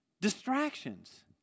distractions